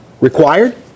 Required